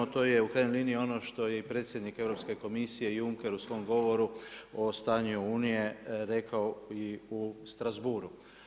To je u krajnjoj liniji ono što je i predsjednik Europske komisije Juncker u svom govoru o stanju Unije rekao i u Strasbourgu.